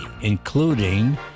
including